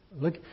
Look